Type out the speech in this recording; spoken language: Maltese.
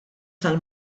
tal